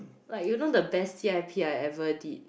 like you know the best C_I_P I ever did